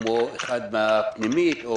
כמו פנימית,